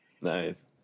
Nice